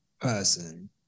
person